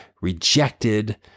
rejected